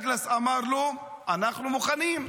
דאגלס אמר לו: אנחנו מוכנים,